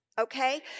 Okay